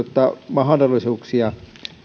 mahdollisuuksia